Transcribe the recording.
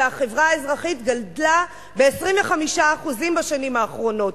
והחברה האזרחית גדלה ב-25% בשנים האחרונות.